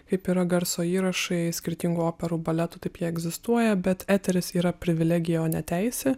kaip yra garso įrašai skirtingų operų baletų taip jie egzistuoja bet eteris yra privilegija o ne teisė